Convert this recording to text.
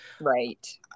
Right